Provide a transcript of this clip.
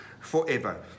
forever